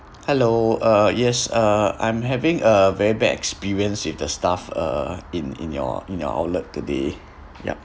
hello uh yes uh I'm having a very bad experience with the staff uh in in your in your outlet today yup